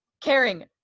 caring